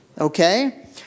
Okay